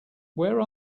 where